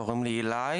קוראים לי אילאי,